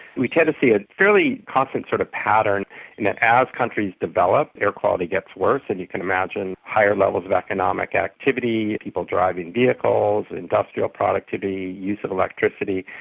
we tend to see a fairly constant sort of pattern in that as countries develop, air quality gets worse, and you can imagine higher levels of economic activity, people driving vehicles, industrial productivity, use of electricity.